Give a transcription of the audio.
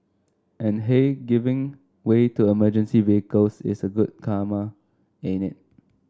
and hey giving way to emergency vehicles is a good karma ain't it